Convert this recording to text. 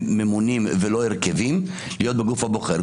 ממונים ולא הרכבים להיות בגוף הבוחר.